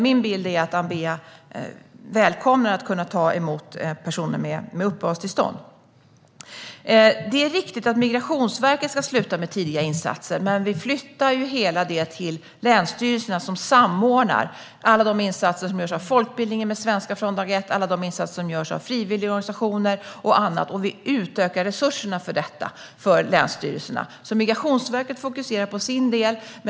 Min bild är att Ambea välkomnar att ta emot personer med uppehållstillstånd. Det är riktigt att Migrationsverket ska sluta med tidiga insatser, men vi flyttar det hela till länsstyrelserna, som samordnar alla insatser som görs av folkbildningen med svenska från dag ett och alla insatser som görs av frivilligorganisationer och andra. Vi utökar länsstyrelsernas resurser för detta. Migrationsverket fokuserar på sin del.